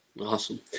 Awesome